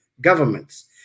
governments